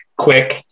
quick